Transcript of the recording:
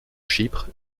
chypre